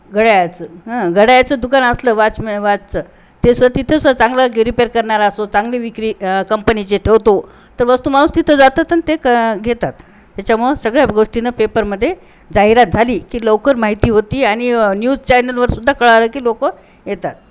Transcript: घड्याळाचं हा घड्याळाचं दुकान असलं वाचम वाचचं ते सुद्धा तिथं सुद्धा चांगलं रिपेअर करणारा असो चांगली विक्री कंपनीचे ठेवतो तर वस्तू माणूस तिथं जातात आणि ते क घेतात त्याच्यामुळं सगळ्या गोष्टीनं पेपरमध्ये जाहिरात झाली की लवकर माहिती होते आणि न्यूज चॅनलवर सुद्धा कळलं की लोक येतात